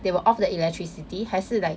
they will off the electricity 还是 like